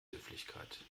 höflichkeit